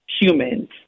humans